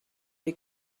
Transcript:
les